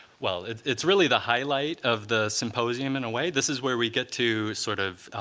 well, it's really the highlight of the symposium in a way. this is where we get to sort of,